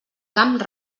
camp